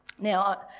Now